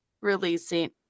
releasing